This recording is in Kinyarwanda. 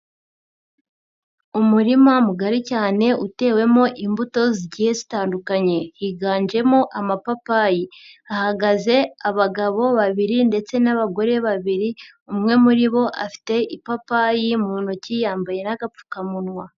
Umurima mugari cyane utewemo imbuto zigiye zitandukanye, higanjemo amapapayi hahagaze abagabo babiri ndetse n'abagore babiri, umwe muri bo afite ipapayi mu ntoki yambaye n'agapfukamunwa.